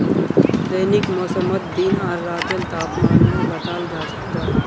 दैनिक मौसमोत दिन आर रातेर तापमानो बताल जाहा